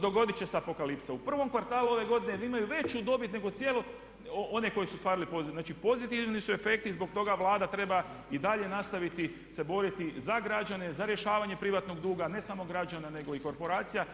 dogodit će se apokalipsa, U prvom kvartalu jer imaju veću dobit nego one koje su stvarali pozitivno, znači pozitivni su efekti i zbog toga Vlada treba i dalje nastaviti se boriti za građane, za rješavanje privatnog duga ne samo građana nego i korporacija.